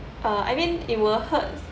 uh I mean it will hurt